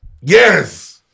Yes